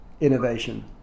innovation